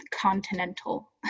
continental